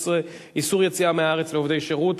116) (איסור יציאה מהארץ לעובדי שירות),